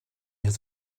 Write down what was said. has